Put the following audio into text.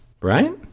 Right